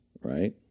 right